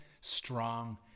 strong